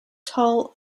tall